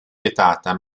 vietata